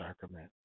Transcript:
sacrament